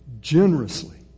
generously